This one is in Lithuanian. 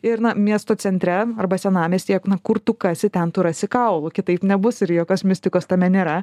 ir na miesto centre arba senamiestyje kur tu kasi ten tu rasi kaulų kitaip nebus ir jokios mistikos tame nėra